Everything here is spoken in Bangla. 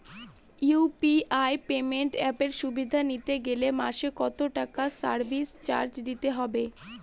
ইউ.পি.আই পেমেন্ট অ্যাপের সুবিধা নিতে গেলে মাসে কত টাকা সার্ভিস চার্জ দিতে হবে?